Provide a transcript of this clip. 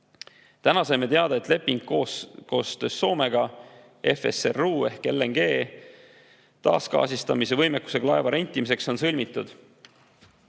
saime teada, et leping koostöös Soomega FSRU ehk LNG taasgaasistamise võimekusega laeva rentimiseks on sõlmitud.